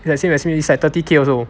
it's the same as me it's like thirty K also